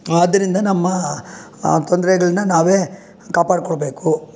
ಆದ್ದರಿಂದ ನಮ್ಮ ತೊಂದರೆಗಳ್ನ ನಾವೇ ಕಾಪಾಡಿಕೊಳ್ಬೇಕು